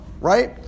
right